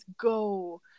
go